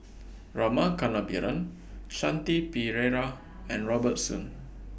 Rama Kannabiran Shanti Pereira and Robert Soon